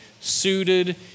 suited